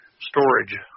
storage